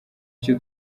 icyo